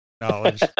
knowledge